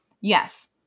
Yes